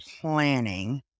planning